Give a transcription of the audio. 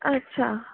अच्छा